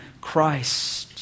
Christ